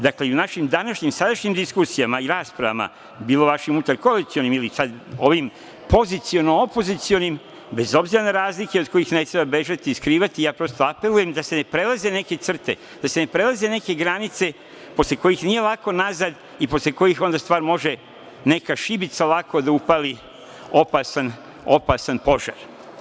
Dakle, i u našim današnjim, sadašnjim diskusijama i raspravama, bilo vašim interkoalicionim ili ovim poziciono–opozicionim, bez obzira na razlike od kojih ne treba bežati i skrivati ih, ja prosto apelujem da se ne prelaze neke crte, da se ne prelaze neke granice posle kojih nije lako nazad i posle kojih onda stvar može neka šibica lako da upali opasan požar.